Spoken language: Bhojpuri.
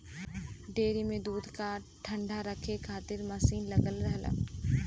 डेयरी में दूध क ठण्डा रखे खातिर मसीन लगल रहला